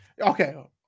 Okay